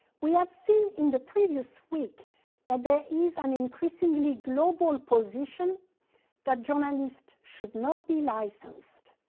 we have seen in the previous week that there is an increasingly global position that journalists should not be licensed.